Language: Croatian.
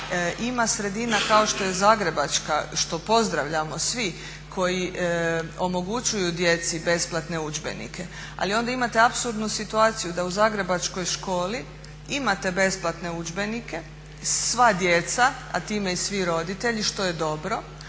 Ima sredina kao što je zagrebačka što pozdravljamo svi koji omogućuju djeci besplatne udžbenike, ali onda imate apsurdnu situaciju da u zagrebačkoj školi imate besplatne udžbenike sva djeca, a time i svi roditelji što je dobro,